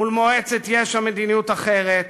מול מועצת יש"ע מדיניות אחרת,